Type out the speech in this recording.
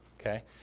okay